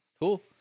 Cool